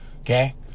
Okay